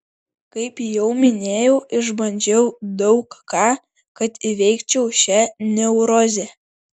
kaip jau minėjau išbandžiau daug ką kad įveikčiau šią neurozę